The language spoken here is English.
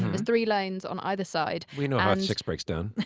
there's three lanes on either side. we know how six breaks down.